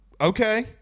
okay